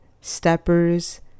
steppers